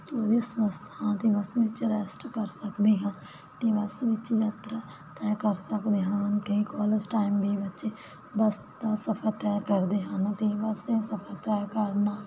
ਪੂਰੇ ਸਵਸਥ ਹਾਂ ਅਤੇ ਬੱਸ ਵਿੱਚ ਰੈਸਟ ਕਰ ਸਕਦੇ ਹਾਂ ਅਤੇ ਬੱਸ ਵਿੱਚ ਯਾਤਰਾ ਤੈਅ ਕਰ ਸਕਦੇ ਹਾਂ ਕਿ ਕਾਲਜ ਟਾਈਮ ਵੀ ਬੱਚੇ ਬੱਸ ਦਾ ਸਫ਼ਰ ਤੈਅ ਕਰਦੇ ਹਨ ਅਤੇ ਬੱਸ ਦਾ ਸਫ਼ਰ ਤੈਅ ਕਰਨਾ